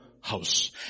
house